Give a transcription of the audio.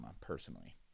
personally